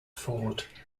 fought